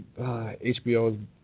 HBO